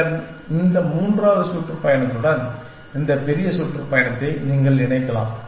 பின்னர் இந்த மூன்றாவது சுற்றுப்பயணத்துடன் இந்த பெரிய சுற்றுப்பயணத்தை நீங்கள் இணைக்கலாம்